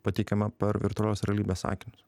pateikiama per virtualios realybės akinius